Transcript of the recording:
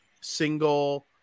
single